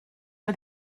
for